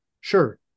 Sure